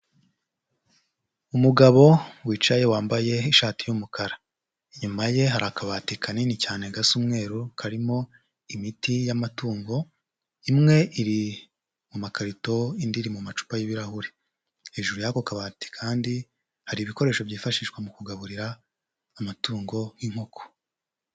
Umugabo wicaye wambaye ishati y'umukara. Inyuma ye hari akabati kanini cyane gasa umweru karimo imiti y'amatungo, imwe iri mu makarito, indi iri mu macupa y'ibirahure. Hejuru y'ako kabati kandi hari ibikoresho byifashishwa mu kugaburira amatungo y'inkoko.